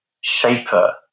shaper